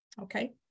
okay